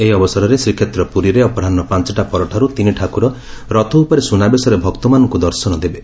ଏହି ଅବସରରେ ଶ୍ରୀକ୍ଷେତ୍ର ପୁରୀରେ ଅପରାହ ପାଞ୍ଚଟା ପରଠାରୁ ତିନି ଠାକୁର ରଥ ଉପରେ ସୁନା ବେଶରେ ଭକ୍ତମାନଙ୍କୁ ଦର୍ଶନ ଦେବେ